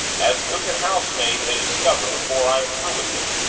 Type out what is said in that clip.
as cook and housemaid may discover before i'm through with them.